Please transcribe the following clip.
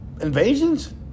invasions